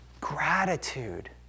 Gratitude